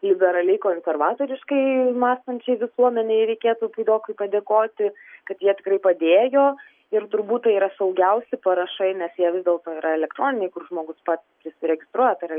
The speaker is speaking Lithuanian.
liberaliai konservatoriškai mąstančiai visuomenei reikėtų puidokui padėkoti kad jie tikrai padėjo ir turbūt tai yra saugiausi parašai nes jie vis dėlto yra elektroniniai kur žmogus pats prisiregistruoja tai yra